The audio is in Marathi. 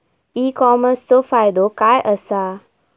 ई कॉमर्सचो फायदो काय असा?